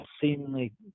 Seemingly